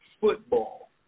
football